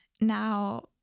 now